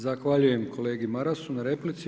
Zahvaljujem kolegi Marasu na replici.